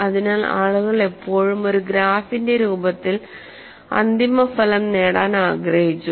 അതിനാൽ ആളുകൾ എപ്പോഴും ഒരു ഗ്രാഫിന്റെ രൂപത്തിൽ അന്തിമഫലം നേടാൻ ആഗ്രഹിച്ചു